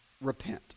repent